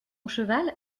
cheval